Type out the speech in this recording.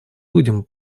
будем